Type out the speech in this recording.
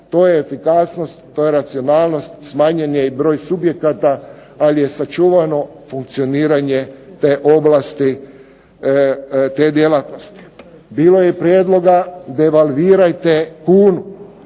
to je efikasnost, to je racionalnost, smanjen je i broj subjekata ali je sačuvano funkcioniranje te oblasti, te djelatnosti. Bilo je i prijedloga devalvirajete kunu.